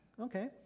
Okay